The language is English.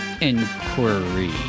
inquiry